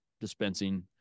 dispensing